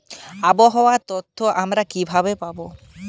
আবহাওয়ার তথ্য আমরা কিভাবে পাব?